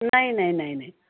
नाही नाही नाही नाही